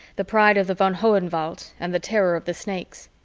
the pride of the von hohenwalds and the terror of the snakes.